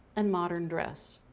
and modern dress.